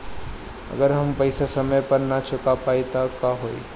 अगर हम पेईसा समय पर ना चुका पाईब त का होई?